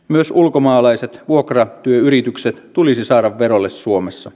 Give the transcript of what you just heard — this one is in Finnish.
myös ulkomaalaiset vuokratyöyritykset tulisi saada verolle suomessa